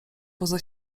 poza